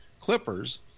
Clippers